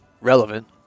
relevant